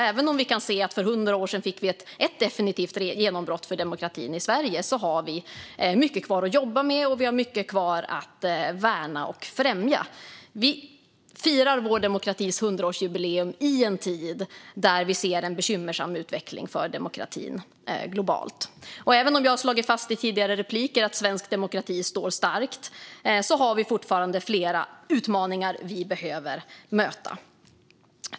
Även om vi för 100 år sedan fick ett definitivt genombrott för demokratin i Sverige har vi mycket kvar att jobba med, och vi har mycket kvar att värna och främja. Vi firar vår demokratis 100-årsjubileum i en tid då vi ser en bekymmersam utveckling för demokratin globalt. Även om jag har slagit fast i tidigare repliker att svensk demokrati står stark har vi fortfarande flera utmaningar som vi behöver möta.